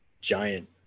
giant